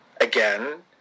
Again